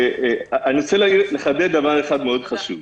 אני רוצה לחדד דבר אחד חשוב מאוד.